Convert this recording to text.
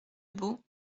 bos